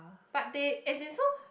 but they as in so